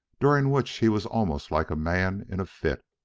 during which he was almost like a man in a fit.